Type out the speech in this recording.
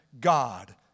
God